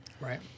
Right